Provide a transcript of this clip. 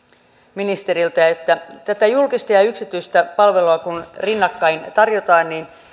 ministeriltä vielä kun tätä julkista ja ja yksityistä palvelua rinnakkain tarjotaan niin